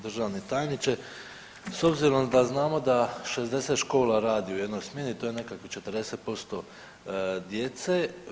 Državni tajniče, s obzirom da znao da 60 škola radi u jednoj smjeni to je nekakvih 40% djece.